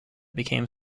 became